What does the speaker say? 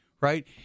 right